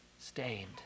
stained